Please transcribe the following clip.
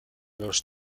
los